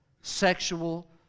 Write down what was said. sexual